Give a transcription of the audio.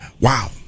Wow